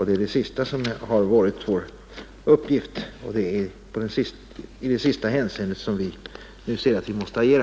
Det är det sista som har varit vår uppgift, och det är i det sista hänseendet som vi nu ser att vi måste agera.